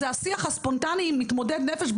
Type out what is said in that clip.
הם השיח הספונטני עם מתמודד נפש,